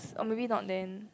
or maybe not then